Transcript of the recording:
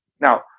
Now